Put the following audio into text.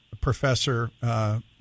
professor